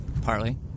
Partly